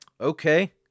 okay